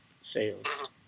sales